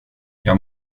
jag